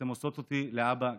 אתן עושות אותי לאבא גאה.